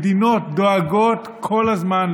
מדינות דואגות כל הזמן,